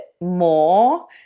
more